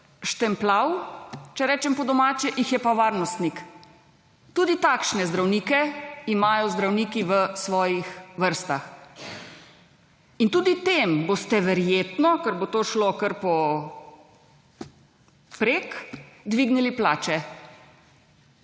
štempljal po domače jih je pa varnostnik tudi takšne zdravnike imajo zdravniki v svojih vrstah in tudi tem boste verjetno, ker bo to šlo kar po prek dvignili plače.